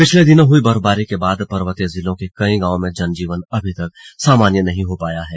पिछले दिनों हुई बर्फबारी के बाद पर्वतीय जिलों के कई गांवों में जनजीवन अभी तक सामान्य नहीं हो पाया है